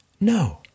No